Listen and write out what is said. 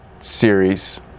series